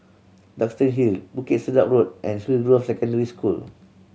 Duxton Hill Bukit Sedap Road and Hillgrove Secondary School